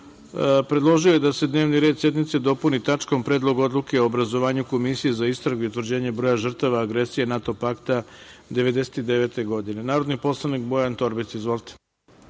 predložio je da se dnevni red sednice dopuni tačkom – Predlog odluke o obrazovanju Komisije za istragu i utvrđenje broja žrtava agresije NATO pakta 1999. godine. Narodni poslanik Bojan Torbica. Izvolite.